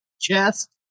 chest